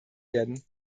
werden